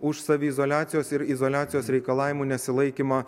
už saviizoliacijos ir izoliacijos reikalavimų nesilaikymą